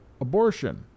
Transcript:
abortion